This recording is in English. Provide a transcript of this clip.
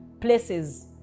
places